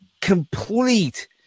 complete